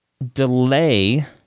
delay